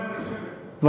עד מתי מותר להם לשבת?